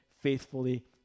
faithfully